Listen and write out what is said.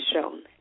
shown